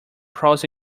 pros